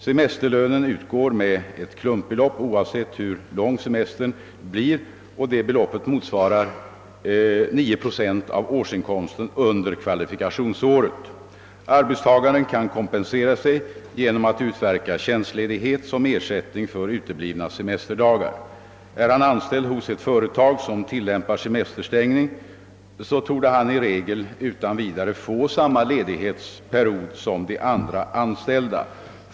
Semesterlönen utgår med ett klumpbelopp oavsett hur lång semestern blir, och det beloppet motsvarar 9 procent av årsinkomsten under kvalifikationsåret. Arbetstagaren kan kompensera sig genom att utverka tjänstledighet som ersättning för uteblivna semesterdagar. Är han anställd hos ett företag som tillämpar semesterstängning torde han i regel utan vidare få samma ledighetsperiod som de andra anställda.